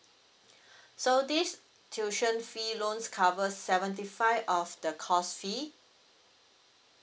so this tuition fee loans cover seventy five of the course fee